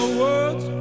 words